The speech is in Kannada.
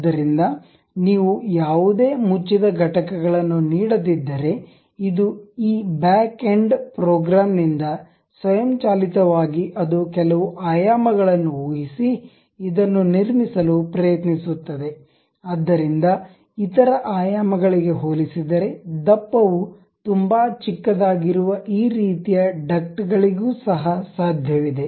ಆದ್ದರಿಂದ ನೀವು ಯಾವುದೇ ಮುಚ್ಚಿದ ಘಟಕಗಳನ್ನು ನೀಡದಿದ್ದರೆ ಇದು ಈ ಬ್ಯಾಕ್ ಎಂಡ್ ಪ್ರೋಗ್ರಾಂ ನಿಂದ ಸ್ವಯಂಚಾಲಿತವಾಗಿ ಅದು ಕೆಲವು ಆಯಾಮಗಳನ್ನು ಊಹಿಸಿ ಇದನ್ನು ನಿರ್ಮಿಸಲು ಪ್ರಯತ್ನಿಸುತ್ತದೆ ಆದ್ದರಿಂದ ಇತರ ಆಯಾಮಗಳಿಗೆ ಹೋಲಿಸಿದರೆ ದಪ್ಪವು ತುಂಬಾ ಚಿಕ್ಕದಾಗಿರುವ ಈ ರೀತಿಯ ಡಕ್ಟ್ ಗಳಿಗೂ ಸಹ ಸಾಧ್ಯವಿದೆ